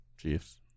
chiefs